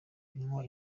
kunywa